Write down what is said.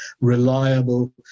reliable